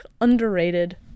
underrated